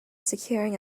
securing